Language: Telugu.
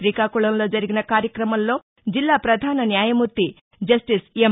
శ్రీకాకుళంలో జరిగిన కార్యక్రమంలో జిల్లా ప్రధాన న్యాయమూర్తి జస్టిస్ ఎం